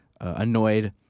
annoyed